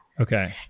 Okay